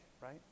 right